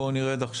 בבקשה.